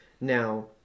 now